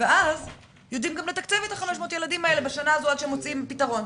ואז גם יודעים לתקצב את ה-500 ילדים האלה בשנה הזאת עד שמוצאים פתרון.